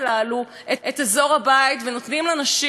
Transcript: ונותנים לנשים את הפרטיות שלהן.